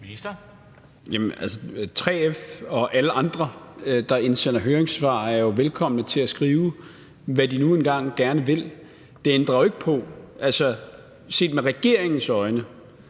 3F og alle andre, der indsender høringssvar, er jo velkomme til at skrive, hvad de nu engang gerne vil. Det ændrer jo ikke på, at vi fra regeringens side